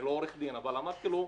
אמרתי לו: